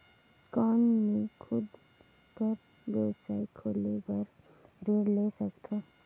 कौन मैं खुद कर व्यवसाय खोले बर ऋण ले सकत हो?